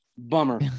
Bummer